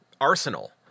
arsenal